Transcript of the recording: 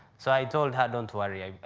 so i told her, don't worry.